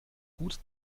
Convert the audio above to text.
gut